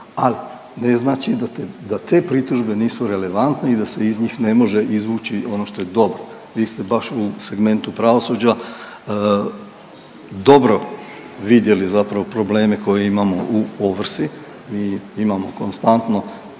ali ne znači da te pritužbe nisu relevantne i da se iz njih ne može izvući ono što je dobro. Vi ste baš u segmentu pravosuđa dobro vidjeli zapravo probleme koje imamo u ovrsi i imamo konstantno,